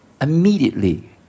immediately